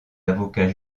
avocats